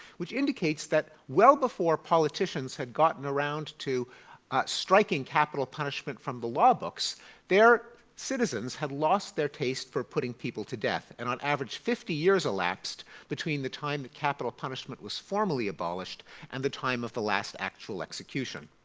which indicates that well before politicians had gotten around to striking capital punishment from the law books their citizens had lost their taste for putting people to death. and on average fifty years elapsed between the time that capital punishment was formally abolished and the time of the last actual execution.